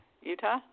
Utah